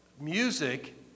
music